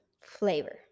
flavor